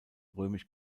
römisch